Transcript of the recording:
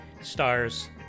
Stars